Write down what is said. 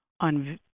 on